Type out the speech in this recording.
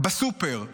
בסופר,